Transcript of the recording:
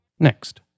Next